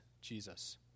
Jesus